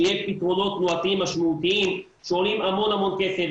שיהיה פתרונות תנועתיים משמעותיים שעולים המון המון כסף.